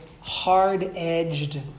hard-edged